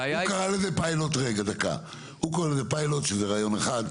הוא קרא לזה פיילוט שזה רעיון אחד,